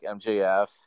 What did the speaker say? MJF